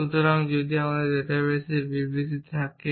সুতরাং যদি আমার ডাটাবেসে বিবৃতি থাকে